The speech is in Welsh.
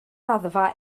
raddfa